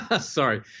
Sorry